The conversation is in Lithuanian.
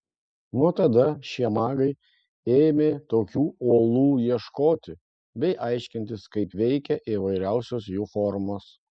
nuo tada šie magai ėmė tokių olų ieškoti bei aiškintis kaip veikia įvairiausios jų formos